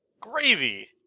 Gravy